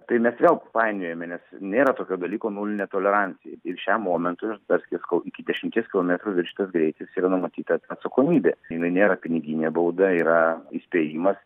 tai mes vėl painiojame nes nėra tokio dalyko nulinė tolerancija ir šiam momentui ir dar sykį sakau iki dešimties kilometrų viršytas greitis yra numatyta atsakomybė inai nėra piniginė bauda yra įspėjimas